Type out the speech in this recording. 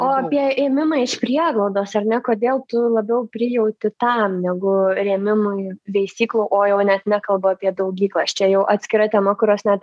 o apie ėmimą iš prieglaudos ar ne kodėl tu labiau prijauti tam negu rėmimui veisyklų o jau net nekalbu apie daugyklas čia jau atskira tema kurios net